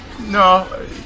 No